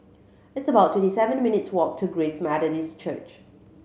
it's about twenty seven minutes' walk to Grace Methodist Church